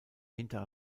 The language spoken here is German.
hinter